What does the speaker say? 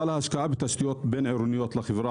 ההשקעה בתשתיות בין-עירוניות לחברה